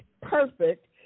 perfect